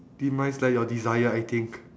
demise like your desire I think